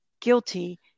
guilty